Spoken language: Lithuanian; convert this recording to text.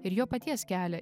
ir jo paties kelią